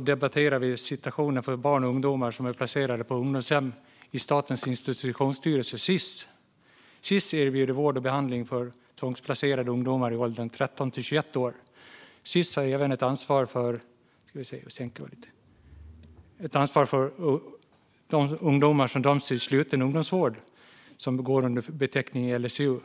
debatterar vi situationen för barn och ungdomar som är placerade på ungdomshem inom Statens institutionsstyrelse, Sis. Sis erbjuder vård och behandling av tvångsplacerade ungdomar i åldern 13-21 år. Sis har även ansvar för ungdomar som döms till sluten ungdomsvård, som går under beteckningen LSU.